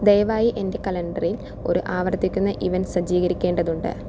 ദയവായി എൻ്റെ കലണ്ടറിൽ ഒരു ആവർത്തിക്കുന്ന ഇവൻ്റ് സജ്ജീകരിക്കേണ്ടതുണ്ട്